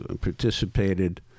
participated